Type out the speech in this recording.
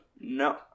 no